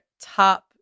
top